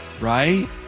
right